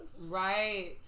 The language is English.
Right